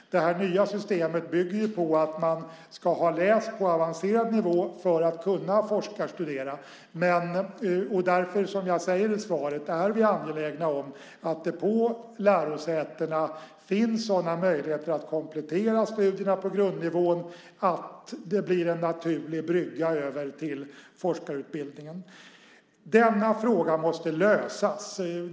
Det nya systemet bygger på att man ska ha läst på avancerad nivå för att kunna forskarstudera. Därför är vi angelägna om att det på lärosätena finns sådana möjligheter att komplettera studierna på grundnivå att de blir en naturlig brygga över till forskarutbildningen. Denna fråga måste besvaras.